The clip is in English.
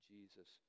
Jesus